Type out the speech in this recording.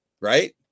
right